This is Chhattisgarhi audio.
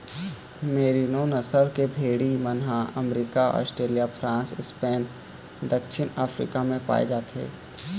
मेरिनों नसल के भेड़ी मन ह अमरिका, आस्ट्रेलिया, फ्रांस, स्पेन, दक्छिन अफ्रीका म पाए जाथे